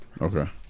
Okay